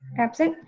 absent.